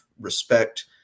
respect